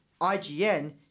IGN